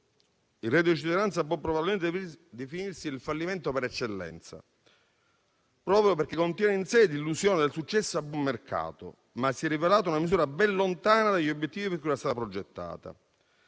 Il reddito di cittadinanza può probabilmente definirsi il fallimento per eccellenza, proprio perché contiene in sé l'illusione del successo a buon mercato, ma si è rivelato una misura ben lontana dagli obiettivi per cui era stata progettata.